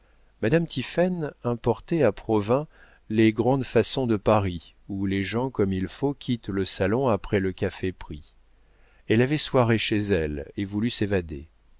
madame tiphaine importait à provins les grandes façons de paris où les gens comme il faut quittent le salon après le café pris elle avait soirée chez elle et voulut s'évader